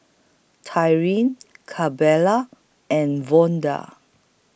Tyrin and Vonda